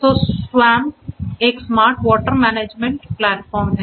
तो SWAMP एक smart water management platform है